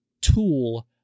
tool